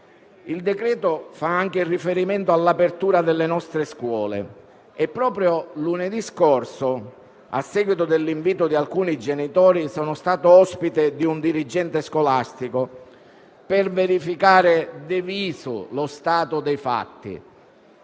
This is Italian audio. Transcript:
Il decreto fa riferimento anche all'apertura delle nostre scuole e proprio lunedì scorso, a seguito dell'invito di alcuni genitori, sono stato ospite di un dirigente scolastico per verificare *de visu* lo stato dei fatti.